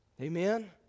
Amen